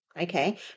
Okay